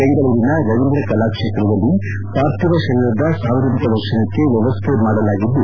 ಬೆಂಗಳೂರಿನ ರವೀಂದ್ರ ಕಲಾಕ್ಷೇತ್ರದಲ್ಲಿ ಪಾರ್ಥಿವ ಶರೀರದ ಸಾರ್ವಜನಿಕ ದರ್ಶನಕ್ಕೆ ವ್ಯವಸ್ಥೆ ಮಾಡಲಾಗಿದ್ದು